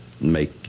make